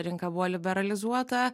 rinka buvo liberalizuota